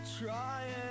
trying